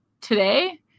today